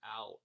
out